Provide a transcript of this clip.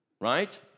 Right